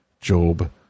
Job